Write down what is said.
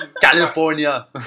California